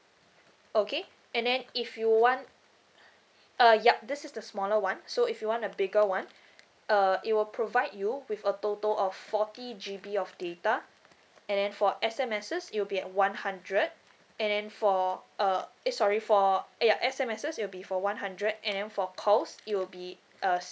okay and then if you want uh yup this is the smaller one so if you want the bigger one uh it will provide you with a total of forty G_B of data and then for S_M_Ses it'll be at one hundred and then for uh eh sorry for ya S_M_S it'll be for one hundred and then for calls it will be uh